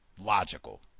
logical